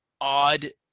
odd